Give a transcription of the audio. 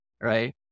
right